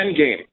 endgame